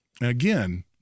again